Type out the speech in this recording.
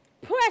Press